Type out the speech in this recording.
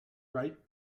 ripe